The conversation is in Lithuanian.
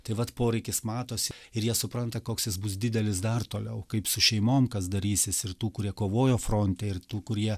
tai vat poreikis matosi ir jie supranta koks jis bus didelis dar toliau kaip su šeimom kas darysis ir tų kurie kovojo fronte ir tų kurie